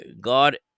God